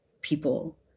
people